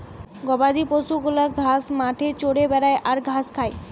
গবাদি পশু গুলা ঘাস মাঠে চরে বেড়ায় আর ঘাস খায়